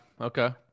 okay